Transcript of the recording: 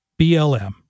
BLM